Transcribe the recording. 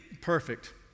perfect